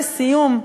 לסיום,